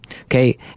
Okay